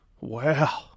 wow